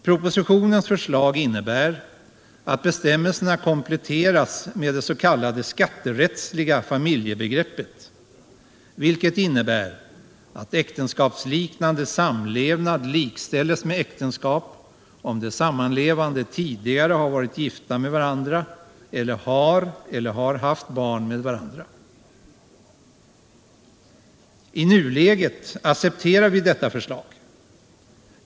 Propositionens förslag innebär att bestämmelserna kompletteras med det s.k. skatterättsliga familjebegreppet, vilket innebär att äktenskapsliknande samlevnad likställs med äktenskap om de sammanlevande tidigare har varit gifta med varandra eller har eller har haft barn med varandra. I nuläget accepterar vi detta förslag.